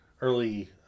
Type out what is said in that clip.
early